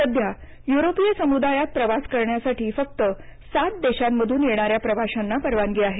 सध्या युरोपीय समुदायात प्रवास करण्यासाठी फक्त सात देशांमधून येणाऱ्या प्रवाशांना परवानगी आहे